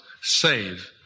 save